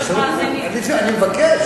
בסדר גמור, אני מבקש.